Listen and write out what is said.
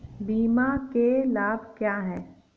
बीमा के लाभ क्या हैं?